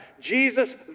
Jesus